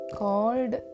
called